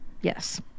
Yes